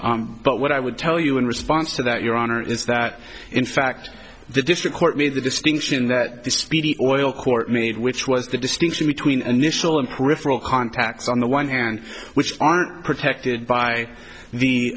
made but what i would tell you in response to that your honor is that in fact the district court made the distinction that the speedy oil court made which was the distinction between initial and prefer all contacts on the one hand which are protected by the